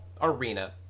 arena